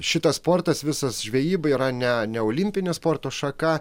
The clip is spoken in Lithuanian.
šitas sportas visas žvejyba yra ne ne olimpinė sporto šaka